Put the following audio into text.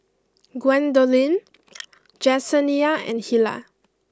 Gwendolyn Jesenia and Hilah